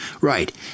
Right